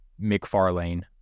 McFarlane